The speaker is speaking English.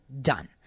done